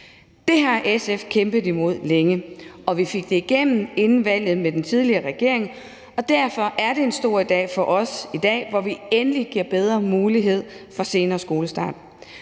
Det har SF kæmpet imod længe, og vi fik det igennem inden valget med den tidligere regering, og derfor er det en stor dag for os i dag, hvor vi endelig giver bedre mulighed for senere skolestart.